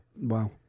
Wow